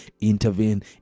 intervene